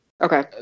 okay